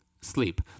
sleep